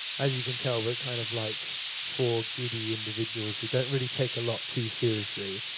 as you can tell, we're kind of like four giddy individuals who don't really take a lot too seriously.